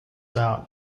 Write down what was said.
out